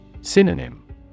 Synonym